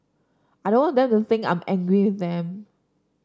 I don't want them to think I'm angry with them